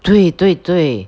对对对